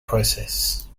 process